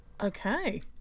Okay